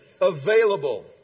available